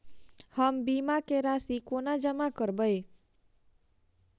हम बीमा केँ राशि कोना जमा करबै?